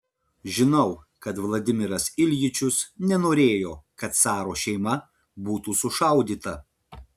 žinau kad vladimiras iljičius nenorėjo kad caro šeima būtų sušaudyta